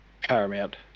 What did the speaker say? Paramount